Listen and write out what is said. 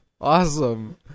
Awesome